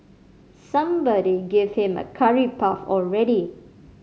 somebody give him a curry puff already